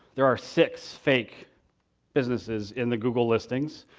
there are six fake businesses in the google listings,